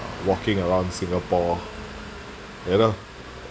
walking around singapore you know